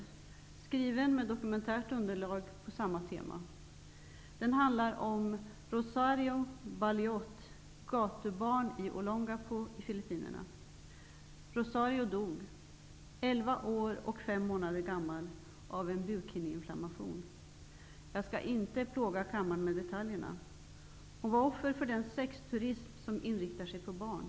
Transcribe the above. Boken är skriven med dokumentärt underlag på samma tema. Den handlar om Rosario Baluyot, gatubarn i Olongapo, på Filippinerna. Rosario dog 11 år och 5 månader gammal till följd av en bukhinneinflammation. Jag skall inte plåga kammaren med detaljer. Flickan var offer för den sexturism som inriktar sig på barn.